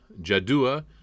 Jadua